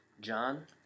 John